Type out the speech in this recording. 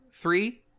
Three